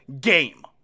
game